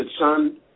son